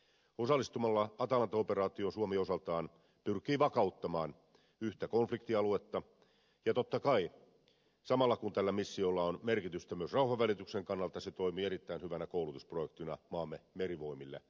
osallistumalla atalanta operaatioon suomi osaltaan pyrkii vakauttamaan yhtä konfliktialuetta ja totta kai samalla kun tällä missiolla on merkitystä myös rauhanvälityksen kannalta se toimii erittäin hyvänä koulutusprojektina maamme merivoimille